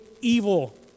evil